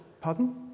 pardon